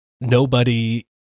nobody-